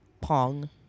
pong